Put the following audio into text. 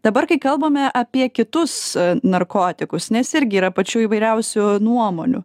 dabar kai kalbame apie kitus narkotikus nes irgi yra pačių įvairiausių nuomonių